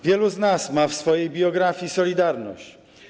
Wielu z nas ma w swojej biografii „Solidarność”